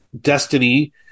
destiny